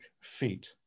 feet